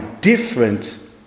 different